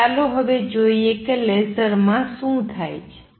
તો ચાલો હવે જોઈએ કે લેસરમાં શું થાય છે